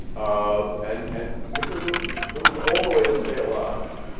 um and and because it was it was the only way to stay alive.